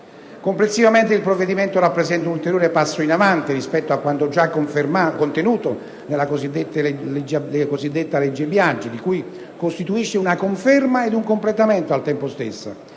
Complessivamente, il provvedimento rappresenta un ulteriore passo in avanti rispetto a quanto già contenuto nella cosiddetta legge Biagi, di cui costituisce una conferma ed un completamento al tempo stesso,